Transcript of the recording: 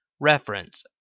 Reference